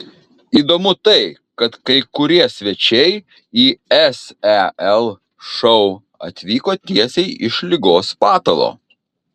įdomu tai kad kai kurie svečiai į sel šou atvyko tiesiai iš ligos patalo